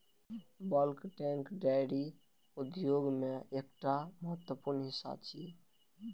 bulk tank dairy उद्योग के एकटा महत्वपूर्ण हिस्सा छियै